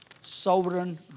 Sovereign